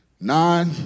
nine